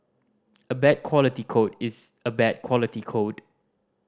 a bad quality code is a bad quality code